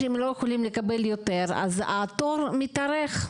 התור מתארך,